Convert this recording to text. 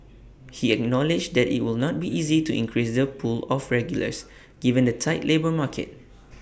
he acknowledged that IT will not be easy to increase the pool of regulars given the tight labour market